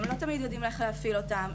הם לא תמיד יודעים איך להפעיל אותם,